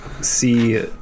see